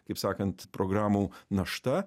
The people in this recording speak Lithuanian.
kaip sakant programų našta